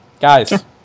Guys